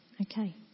Okay